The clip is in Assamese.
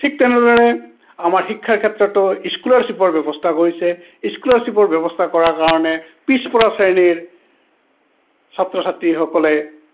ঠিক তেনেদৰে আমাৰ শিক্ষাৰ ক্ষেত্ৰতো স্কলাৰশ্বিপৰ ব্যৱস্থা কৰিছে স্কলাৰশ্বিপৰ ব্যৱস্থা কৰাৰ কাৰণে পিছ পৰা শ্ৰেণীৰ ছাত্ৰ ছাত্ৰীসকলে